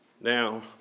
Now